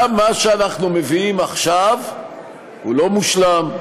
גם מה שאנחנו מביאים עכשיו הוא לא מושלם.